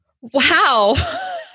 Wow